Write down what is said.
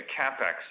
CapEx